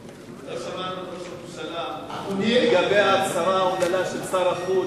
לא שמענו את ראש הממשלה מדבר על ההצהרה האומללה של שר החוץ,